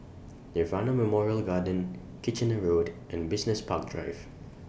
Nirvana Memorial Garden Kitchener Road and Business Park Drive